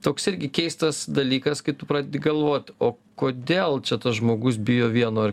toks irgi keistas dalykas kai tu pradedi galvot o kodėl čia tas žmogus bijo vieno ar